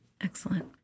Excellent